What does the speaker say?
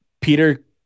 Peter